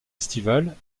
estivale